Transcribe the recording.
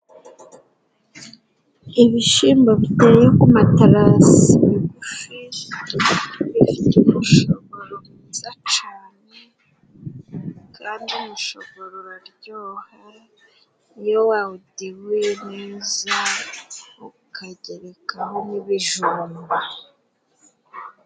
Ibishimbo biteye ku matarasi magufi bifite umushogoro mwiza cane! Kandi umushogoro uraryoha iyo wawudibuye neza ukagereka ho n'ibijumba.